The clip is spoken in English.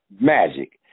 magic